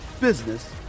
business